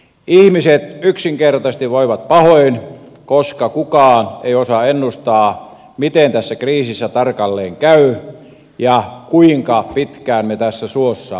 ihmiset yksinkertaisesti voivat pahoin koska kukaan ei osaa ennustaa miten tässä kriisissä tarkalleen käy ja kuinka pitkään me tässä suossa olemme